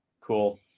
cool